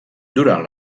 durant